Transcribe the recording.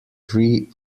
tree